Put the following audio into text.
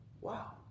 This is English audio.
Wow